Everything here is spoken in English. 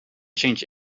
change